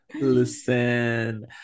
Listen